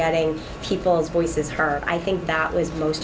getting people's voices heard i think that